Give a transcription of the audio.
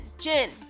Jin